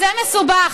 זה מסובך.